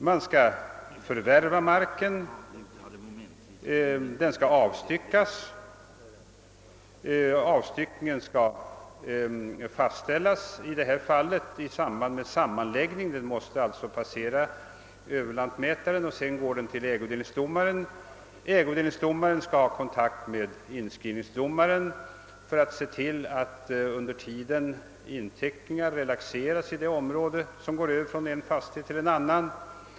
Marken skall förvärvas, den skall avstyckas och avstyckningen skall fastställas — i detta fall i samband med sammanläggning. Ärendet måste alltså passera överlantmätaren varefter det går till ägodelningsdomaren. Denne skall ha kontakt med inskrivningsdomaren för att tillse att under tiden inteckningar relaxeras beträffande det område som övergår från en fastighet till en annan.